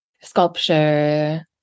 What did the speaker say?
sculpture